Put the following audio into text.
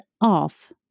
off